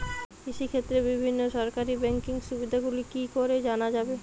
কৃষিক্ষেত্রে বিভিন্ন সরকারি ব্যকিং সুবিধাগুলি কি করে জানা যাবে?